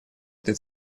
этой